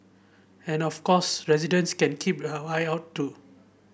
and of course residents can keep your eye out too